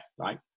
right